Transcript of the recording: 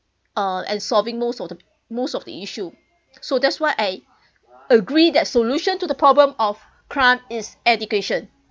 uh and solving most of the most of the issue so that's why I agree that solution to the problem of crime is education